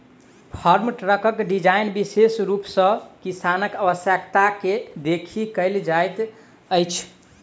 farm ट्रकक design विशेष रूप सॅ किसानक आवश्यकता के देखि कयल जाइत अछि